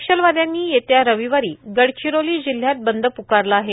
नक्षलवाद्यांनी येत्या रविवारी गडचिरोली जिल्ह्यात बंद पुकारला आहे